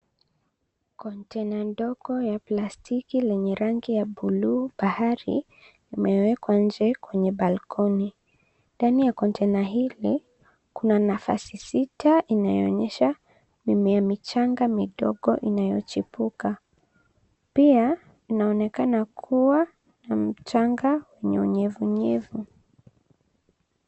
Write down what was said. Container ndogo ya plastiki lenye rangi ya buluu bahari, imewekwa nje kwenye balkoni. Ndani ya container hili, kuna nafasi sita inayoonyesha mimea michanga midogo inayochipuka, pia, inaonekana kuwa na mchanga wenye unyevunyevu.